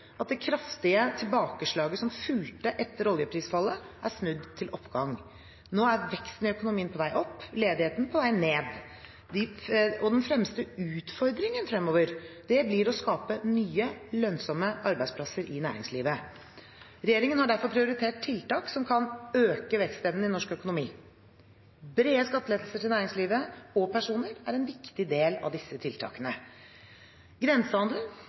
at det kraftige tilbakeslaget som fulgte etter oljeprisfallet, er snudd til oppgang. Nå er veksten i økonomien på vei opp, ledigheten på vei ned. Den fremste utfordringen fremover blir å skape nye, lønnsomme arbeidsplasser i næringslivet. Regjeringen har derfor prioritert tiltak som kan øke vekstevnen i norsk økonomi. Brede skatteletter til næringslivet og personer er en viktig del av disse tiltakene. Grensehandelen